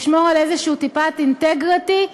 לשמור על טיפת אינטגריטי וכבוד.